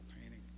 painting